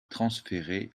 transférer